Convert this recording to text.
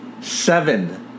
seven